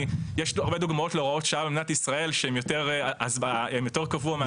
יש לי הרבה דוגמאות להוראות שעה במדינת ישראל שהם יותר קבוע מהזמני.